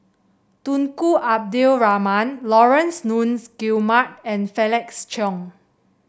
Tunku Abdul Rahman Laurence Nunns Guillemard and Felix Cheong